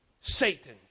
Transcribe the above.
Satan